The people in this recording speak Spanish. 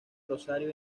rosario